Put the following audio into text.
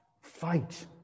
fight